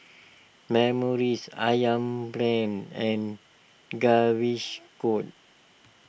Morries Ayam Brand and Gaviscon